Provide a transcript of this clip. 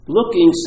Looking